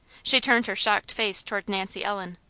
she turned her shocked face toward nancy ellen.